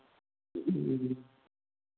ᱦᱩᱸ